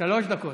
שלוש דקות.